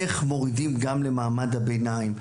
איך מורידים גם למעמד הביניים.